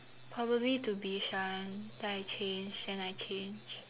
probably to Bishan then I change then I change